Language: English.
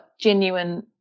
genuine